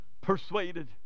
persuaded